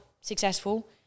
successful